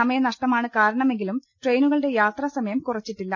സമയ നഷ്ടമാണ് കാരണമെങ്കിലും ട്രെയിനുകളുടെ യാത്രാസമയം കുറച്ചിട്ടില്ല